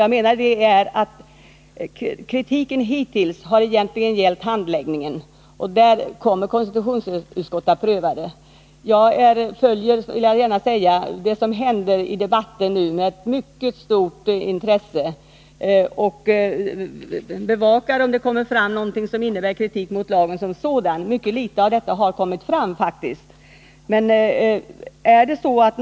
Jag menar att kritiken hittills egentligen har gällt handläggningen, och konstitutionsutskottet kommer ju att granska den. Jag följer det som händer i debatten med mycket stort intresse och bevakar om det kommer fram någonting som innebär kritik mot lagen som sådan, och det har hittills faktiskt varit mycket litet.